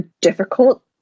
difficult